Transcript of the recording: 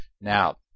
Now